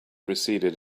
receded